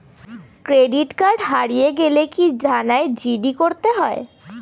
Credit card হারিয়ে গেলে কি থানায় জি.ডি করতে হয়?